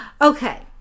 Okay